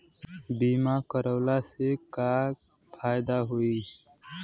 बीमा करवला से का फायदा होयी?